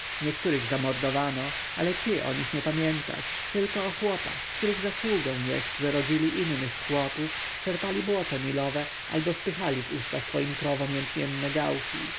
niektórych zamordowano ale ty o nich nie pamiętasz tylko o chłopach których zasługą jest że rodzili innych chłopów czerpali błoto nilowe albo wpychali w usta swoim krowom jęczmienne gałki